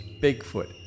Bigfoot